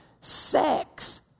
Sex